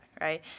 right